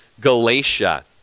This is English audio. Galatia